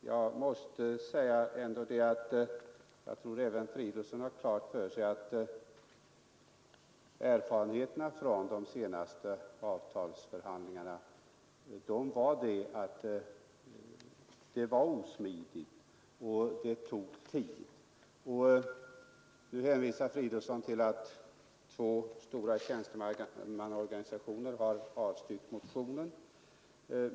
Herr talman! Jag tror att också herr Fridolfsson i Rödeby har klart för sig att erfarenheterna från de senaste avtalsförhandlingarna var att nuvarande system är osmidigt och att förhandlingarna tar tid. Nu hänvisar herr Fridolfsson till att två stora tjänstemannaorganisationer har avstyrkt motionen.